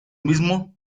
mismo